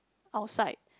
outside